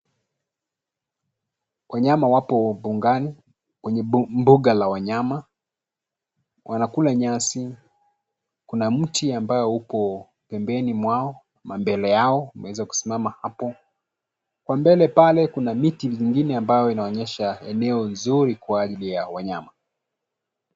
Wanyama wapo mbungani kwenye mbuga la wanyama wanakula nyasi kuna mti ambayo upo pembeni mwao na mbele yao umeweza kusimama hapo. Kwa mbele pale kuna miti mingine ambayo inaoyesha eneo nzuri kwa ajili ya wanyama.